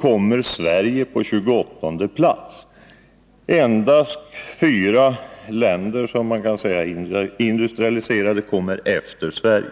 kommer Sverige på 28:e plats. Endast fyra industrialiserade länder kommer efter Sverige.